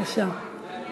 בבקשה.